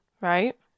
Right